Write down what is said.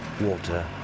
water